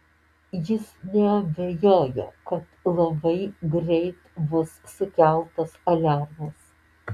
jis neabejojo kad labai greit bus sukeltas aliarmas